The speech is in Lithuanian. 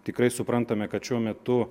tikrai suprantame kad šiuo metu